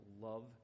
love